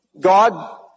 God